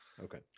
okay